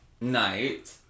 night